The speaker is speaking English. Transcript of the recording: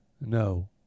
No